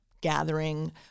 gathering